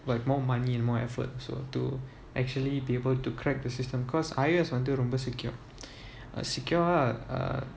like more money and more effort so to actually be able to crack the system because I_O_S வந்து ரொம்ப:vanthu romba secure uh secure ah uh